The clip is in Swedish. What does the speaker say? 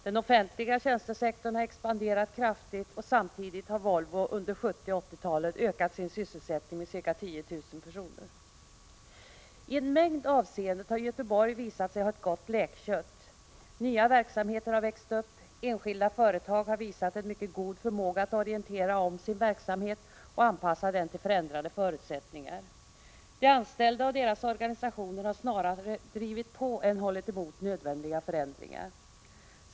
Den offentliga tjänstesektorn har expanderat kraftigt, och samtidigt har Volvo under 1970 och 1980-talen ökat sin sysselsättning med ca 10 000 personer. I en mängd avseenden har Göteborg visat sig ha ett gott läkkött. Nya verksamheter har växt upp. Enskilda företag har visat en mycket god förmåga att orientera om sin verksamhet och anpassa den till förändrade förutsättningar. De anställda och deras organisationer har snarare drivit på än hållit emot nödvändiga förändringar.